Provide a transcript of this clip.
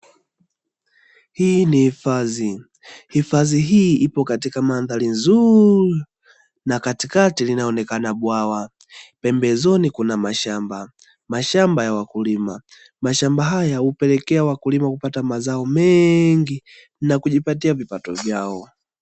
Hii ni hifadhi, hifadhi hii ipo katika mandhari nzuri na katikati linaonekana bwawa na pembezoni kuna mashamba, mashamba ya wakulima, mashamba haya hupelekea wakulima kupata mazao mengi na kujipatia vipato vyao.